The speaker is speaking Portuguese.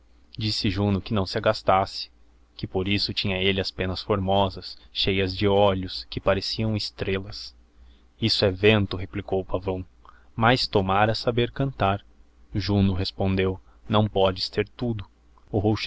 disse juno que não se agastasse que por isso tinha elle as pennas formosas cheias de olhos que parecião estrellas isso he vento replicou o pavão mais tom ara saber cantar juno respondeo não podes ter tudo